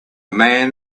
man